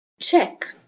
check